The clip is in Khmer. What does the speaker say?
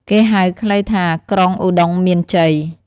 គេហៅខ្លីថា " ក្រុងឧត្តុង្គមានជ័យ " ។